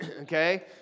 Okay